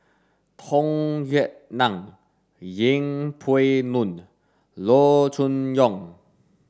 Tung Yue Nang Yeng Pway Ngon Loo Choon Yong